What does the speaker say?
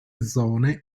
zone